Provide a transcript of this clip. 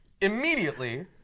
Immediately